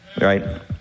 right